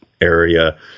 area